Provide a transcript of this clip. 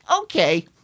Okay